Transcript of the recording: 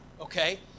Okay